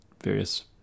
various